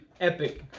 epic